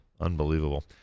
Unbelievable